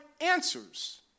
answers